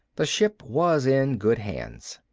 the ship was in good hands.